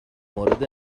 مورد